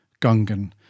gungan